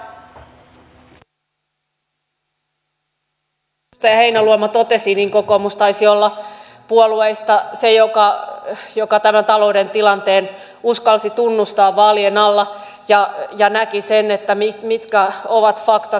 tosiaan niin kuin edustaja heinäluoma totesi kokoomus taisi olla puolueista se joka tämän talouden tilanteen uskalsi tunnustaa vaalien alla ja näki sen mitkä ovat faktat ja tosiasiat